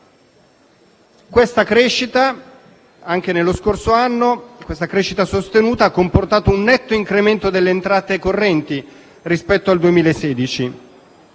Questa crescita sostenuta anche nello scorso anno ha comportato un netto incremento delle entrate correnti rispetto al 2016.